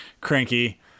Cranky